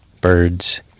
birds